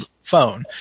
phone